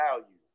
value